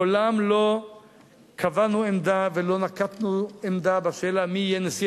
מעולם לא קבענו עמדה ולא נקטנו עמדה בשאלה מי יהיה נשיא